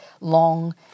long